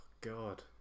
God